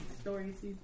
stories